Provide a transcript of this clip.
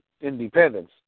independence